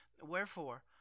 wherefore